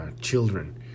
children